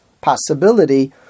possibility